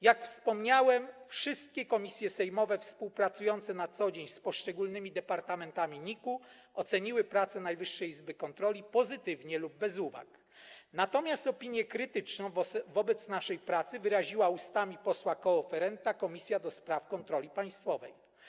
Jak wspomniałem, wszystkie komisje sejmowe współpracujące na co dzień z poszczególnymi departamentami NIK-u oceniły pracę Najwyższej Izby Kontroli pozytywnie lub bez uwag, natomiast opinię krytyczną o naszej pracy wyraziła ustami posła koreferenta Komisja do Spraw Kontroli Państwowej.